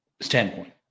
standpoint